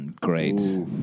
Great